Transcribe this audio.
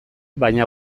baina